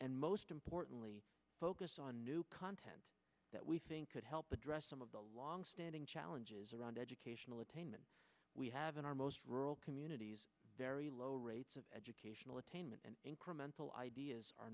and most importantly focus on new content that we think could help address some of the longstanding challenges around educational attainment we have in our most rural communities very low rates of educational attainment and incremental ideas are